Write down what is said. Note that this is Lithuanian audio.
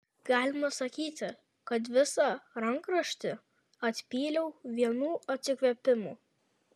galima sakyti kad visą rankraštį atpyliau vienu atsikvėpimu